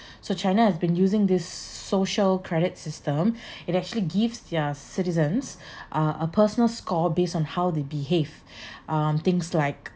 so china has been using this social credit system it actually gives their citizens uh a personal score based on how they behave um things like